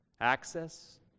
Access